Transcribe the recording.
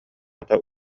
хата